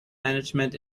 management